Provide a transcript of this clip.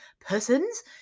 persons